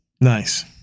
nice